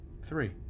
Three